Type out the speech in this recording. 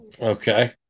Okay